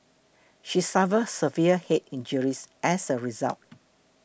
she suffered severe head injuries as a result